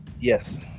Yes